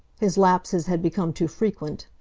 his lapses had become too frequent.